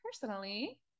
personally